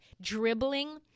dribbling